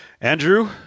Andrew